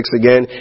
again